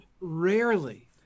rarely